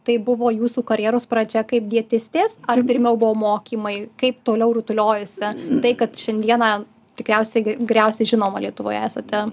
tai buvo jūsų karjeros pradžia kaip dietistės ar pirmiau buvo mokymai kaip toliau rutuliojosi tai kad šiandieną tikriausiai geriausiai žinoma lietuvoje esate